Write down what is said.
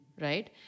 right